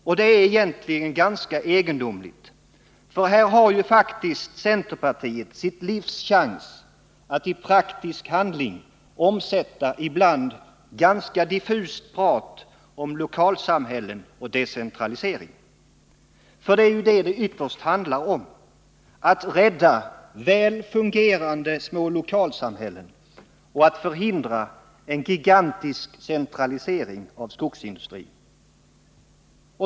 Och det är egentligen ganska egendomligt, för här har ju faktiskt centerpartiet sitt livs chans att i praktisk handling omsätta ibland diffust prat om lokalsamhällen och decentralisering. För det handlar ju ytterst om att rädda väl fungerande små lokalsamhällen och förhindra en gigantisk centralisering av skogsindustrin.